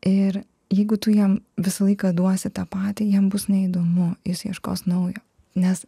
ir jeigu tu jam visą laiką duosi tą patį jam bus neįdomu jis ieškos naujo nes